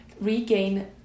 regain